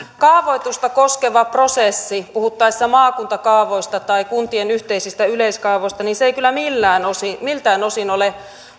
kaavoitusta koskeva prosessi puhuttaessa maakuntakaavoista tai kuntien yhteisistä yleiskaavoista ei kyllä miltään osin ole